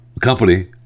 company